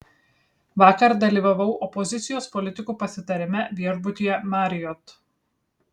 vakar dalyvavau opozicijos politikų pasitarime viešbutyje marriott